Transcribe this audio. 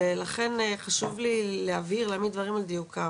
ולכן חשוב לי להעמיד דברים על דיוקם.